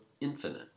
infinite